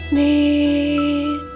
need